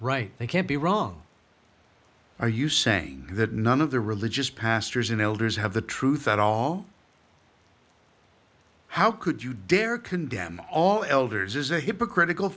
right they can't be wrong are you saying that none of the religious pastors and elders have the truth at all how could you dare condemn all elders is a hypocritical